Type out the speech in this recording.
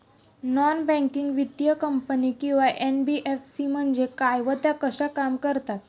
Non banking वित्तीय company किंवा NBFC म्हणजे काय व त्या कशा काम करतात?